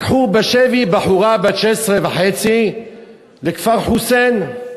לקחו בשבי בחורה בת 16 וחצי לכפר חוסיין.